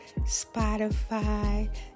Spotify